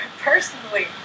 Personally